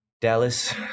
Dallas